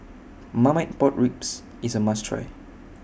Marmite Pork Ribs IS A must Try